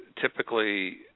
typically